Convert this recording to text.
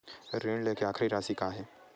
ऋण लेके आखिरी राशि का हे?